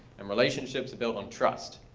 and relationships are built on trust.